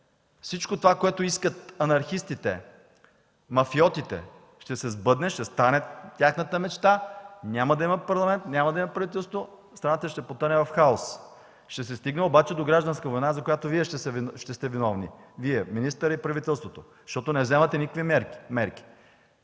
Всичко, което искат анархистите и мафиотите, ще се сбъдне, ще стане тяхната мечта – няма да има Парламент, няма да има правителство, страната ще потъне в хаос. Ще се стигне обаче до гражданска война, за която Вие ще сте виновни – Вие, министърът и правителството, защото не вземате никакви мерки.